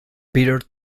peter